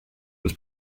was